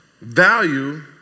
value